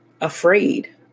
afraid